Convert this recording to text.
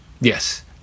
yes